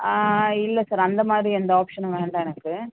ஆ இல்லை சார் அந்தமாதிரி எந்த ஆப்ஷனும் வேண்டாம் எனக்கு